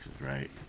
right